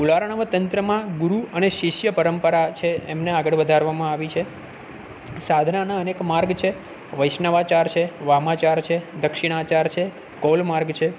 કુલારવણ તંત્રમાં ગુરુ અને શિષ્ય પરંપરા છે એમને આગળ વધારવામાં આવી છે સાધનાના અનેક માર્ગ છે વૈષ્નવા ચાર છે વામાં ચાર છે દક્ષિણા ચાર છે કૌલ માર્ગ છે